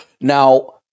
Now